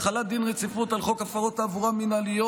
החלת דין רציפות על חוק הפרות תעבורה מינהליות,